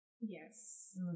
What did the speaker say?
Yes